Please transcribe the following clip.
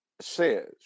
says